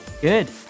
good